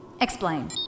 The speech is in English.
Explain